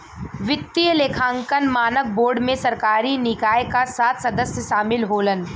वित्तीय लेखांकन मानक बोर्ड में सरकारी निकाय क सात सदस्य शामिल होलन